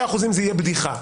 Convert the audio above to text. יהיו בדיחה.